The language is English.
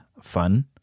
fun